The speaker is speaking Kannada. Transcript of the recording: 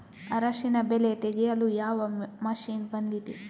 ಅರಿಶಿನ ಬೆಳೆ ತೆಗೆಯಲು ಯಾವ ಮಷೀನ್ ಬಂದಿದೆ?